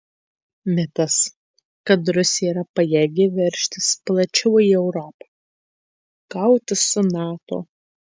mitas kad rusija yra pajėgi veržtis plačiau į europą kautis su nato